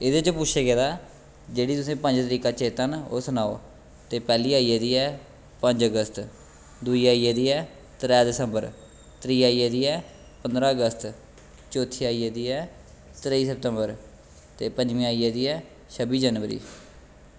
एह्दे च पुच्छेआ गेदा ऐ जेह्ड़ियां तुसेंगी पंज तरीकां चेता न ओह् सुनाओ ते पैह्ली आई एह्दी ऐ पंज अगस्त दूई आई एह्दी ऐ त्रैऽ दिसम्बर त्रीऽ आई एह्दी ऐ पंदरां अगस्त चौथी आई एह्दी ऐ तरेई सितम्बर ते पंजमीं आई एह्दी ऐ छब्बी जनवरी